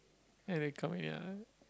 anyway come ya